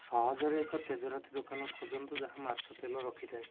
ସହଜରେ ଏକ ତେଜରାତି ଦୋକାନ ଖୋଜନ୍ତୁ ଯାହା ମାଛ ତେଲ ରଖିଥାଏ